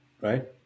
Right